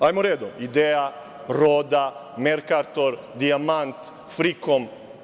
Hajmo redom – „Ideja“, „Roda“, „Merkator“, „Dijamant“, „Frikom“